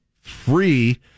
free